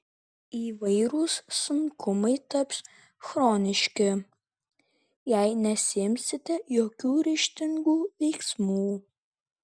įvairūs sunkumai taps chroniški jei nesiimsite jokių ryžtingų veiksmų